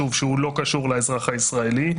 שוב שהוא לא קשור לאזרח הישראלי,